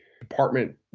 department